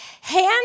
hand